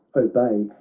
obey,